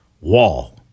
wall